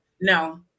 no